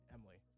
Emily